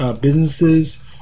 businesses